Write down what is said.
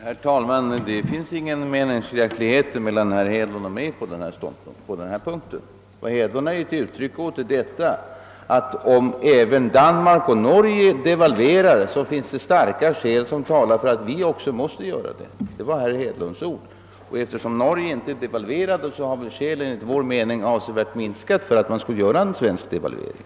Herr talman! Det finns inga menings skiljaktigheter mellan herr Hedlund och mig på denna punkt. Herr Hedlund gav uttryck åt åsikten att om även Danmark och Norge devalverade, fanns starka skäl för att också vi måste göra det. Det var herr Hedlunds ord. Men eftersom Norge inte devalverade har skälen enligt min mening avsevärt minskat för att man skulle vidta en svensk devalvering.